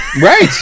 Right